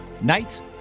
Nights